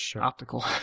optical